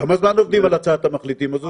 כמה זמן עובדים על הצעת המחליטים הזאת?